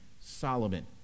Solomon